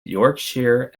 yorkshire